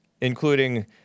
including